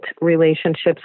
relationships